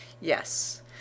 Yes